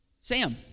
Sam